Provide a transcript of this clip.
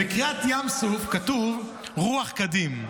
בקריעת ים סוף כתוב על רוח קדים,